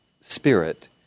spirit